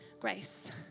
grace